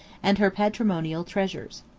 and her patrimonial treasures.